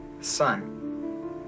son